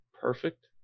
perfect